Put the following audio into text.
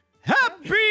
Happy